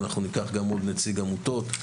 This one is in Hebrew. אנחנו ניקח גם עוד נציג עמותות.